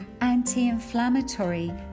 anti-inflammatory